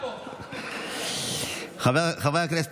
חברי הכנסת,